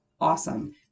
Awesome